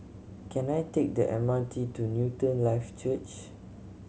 can I take the M R T to Newton Life Church